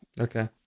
Okay